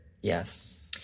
Yes